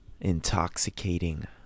intoxicating